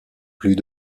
plus